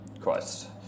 Christ